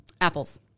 Apples